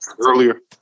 earlier